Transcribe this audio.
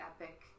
epic